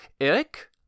Eric